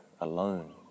alone